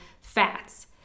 fats